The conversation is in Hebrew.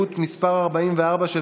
כאשר אתם מביאים חוק כזה,